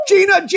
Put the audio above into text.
Gina